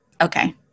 Okay